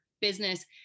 business